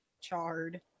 Charred